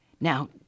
Now